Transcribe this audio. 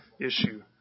issue